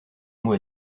mot